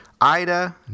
Ida